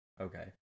Okay